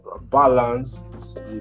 balanced